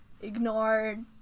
ignored